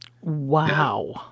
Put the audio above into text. Wow